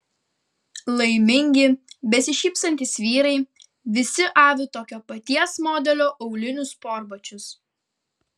laimingi besišypsantys vyrai visi avi tokio paties modelio aulinius sportbačius